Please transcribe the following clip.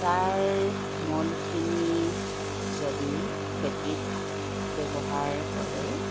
তাৰ মলখিনি যদি খেতিত ব্যৱহাৰ কৰে